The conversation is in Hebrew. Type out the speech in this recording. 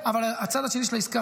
אבל הצד השני של העסקה,